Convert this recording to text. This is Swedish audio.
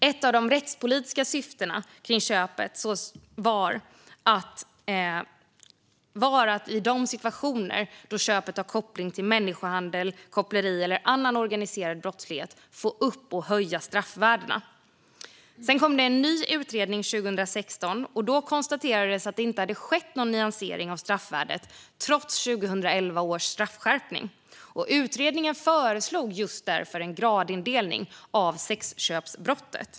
Ett av de rättspolitiska syftena var att i de situationer då köpet har koppling till människohandel, koppleri eller annan organiserad brottslighet få upp och höja straffvärdena. Sedan kom det en ny utredning 2016, och då konstaterades att det inte hade skett någon nyansering av straffvärdet trots 2011 års straffskärpning. Utredningen föreslog just därför en gradindelning av sexköpsbrottet.